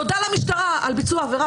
נודע למשטרה על ביצוע עבירה.